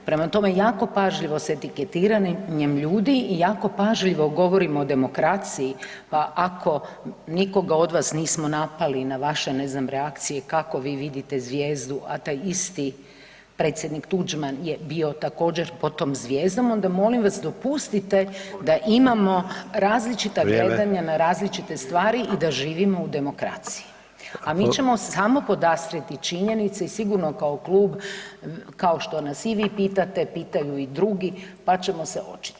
Prema tome, jako pažljivo s etiketiranjem ljude i jako pažljivo govorimo o demokraciji pa ako nikoga od vas nismo našali, na vaše, ne znam, reakcije, kako vi vidite zvijezdu, a taj isti predsjednik Tuđman je bio također, pod tom zvijezdom, onda molim vas, dopustite da imamo različita [[Upadica: Vrijeme.]] gledanja na različite stvari i da živimo u demokraciji, a mi ćemo se samo podastriti činjenice i sigurno kao klub, kao što nas i vi pitate, pitaju i drugi, pa ćemo se očitovati.